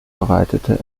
bereitete